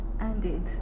ended